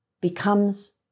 becomes